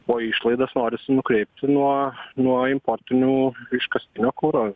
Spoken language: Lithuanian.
o išlaidas norisi nukreipti nuo nuo importinių iškastinio kuro